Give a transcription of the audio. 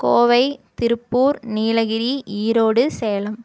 Kovai Tiruppur Nilgiri Erode Salem